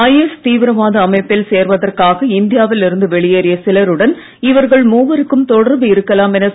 IS தீவிரவாதி அமைப்பில் சேர்வதற்காக இந்தியாவில் இருந்து வெளியேறிய சிலருடன் இவர்கள் மூவருக்கும் தொடர்பு இருக்கலாம் தெரிவித்துள்ளன